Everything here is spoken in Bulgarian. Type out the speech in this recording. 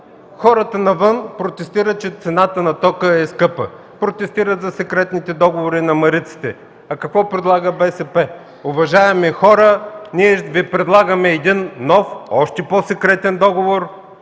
Хората навън протестират, че цената на тока е скъпа, протестират за секретните договори на „Мариците”. Какво предлага БСП? – „Уважаеми хора, ние Ви предлагаме един нов, още по-секретен договор”.